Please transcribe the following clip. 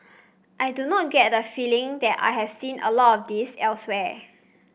I do not get the feeling that I have seen a lot of this elsewhere